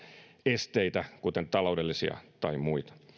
esteitä kuten taloudellisia tai muita